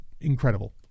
incredible